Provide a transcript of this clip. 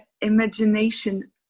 imagination